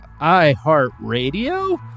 iHeartRadio